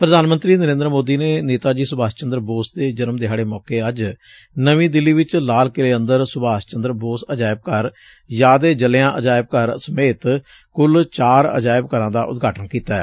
ਪ੍ਰਧਾਨ ਮੰਤਰੀ ਨਰੇਂਦਰ ਮੋਦੀ ਨੇ ਨੇਤਾ ਜੀ ਸੁਭਾਸ਼ ਚੰਦਰ ਬੋਸ ਦੇ ਜਨਮ ਦਿਹਾੜੇ ਮੌਕੇ ਅੱਜ ਨਵੀਂ ਦਿੱਲੀ ਵਿਚ ਲਾਲ ਕਿਲ੍ਹੇ ਅੰਦਰ ਸੁਭਾਸ਼ ਚੰਦਰ ਬੋਸ ਅਜਾਇਬ ਘਰ ਯਾਦ ਏ ਜਲਿਆਂ ਅਜਾਇਬ ਘਰ ਸਮੇਤ ਕੁਲ ਚਾਰ ਅਜਾਇਬ ਘਰਾਂ ਦਾ ਉਦਘਾਟਨ ਕੀਤੈ